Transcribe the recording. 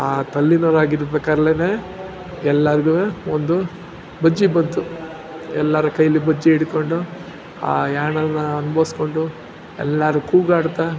ಆ ತಲ್ಲೀನರಾಗಿರ್ಬೇಕಾರ್ಲೇ ಎಲ್ಲಾರ್ಗೂ ಒಂದು ಬಜ್ಜಿ ಬಂತು ಎಲ್ಲರ ಕೈಲಿ ಬಜ್ಜಿ ಹಿಡ್ಕೊಂಡು ಆ ಯಾಣವನ್ನು ಅನ್ಭವಿಸ್ಕೊಂಡು ಎಲ್ಲರೂ ಕೂಗಾಡ್ತಾ